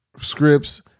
scripts